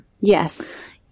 Yes